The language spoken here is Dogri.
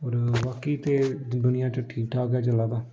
होर बाकी ते दुनिया च ठीक ठाक ऐ चला दा